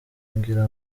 ngira